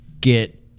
get